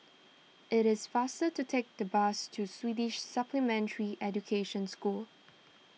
it is faster to take the bus to Swedish Supplementary Education School